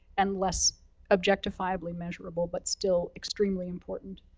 and less objectifiably measurable, but still extremely important.